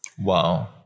Wow